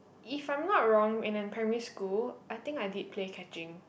if I'm not wrong when in primary school I think I did play catching